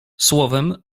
słowem